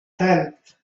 tenth